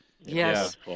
Yes